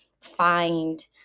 find